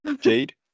Jade